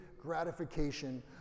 gratification